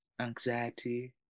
anxiety